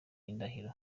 indahiro